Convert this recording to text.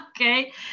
Okay